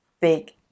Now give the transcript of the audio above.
big